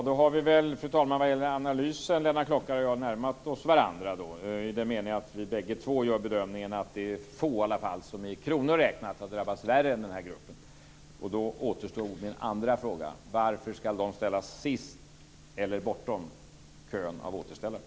Fru talman! Vad gäller analysen har väl Lennart Klockare och jag närmat oss varandra i den meningen att vi båda gör bedömningen att det i alla fall är få som i kronor räknat har drabbats värre än den här gruppen. Då återstår min andra fråga: Varför ska de ställas sist eller bortom kön av återställare?